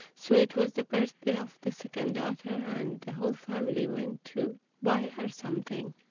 so it was the birthday of the second daughter and the whole family went to buy her something,